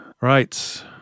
Right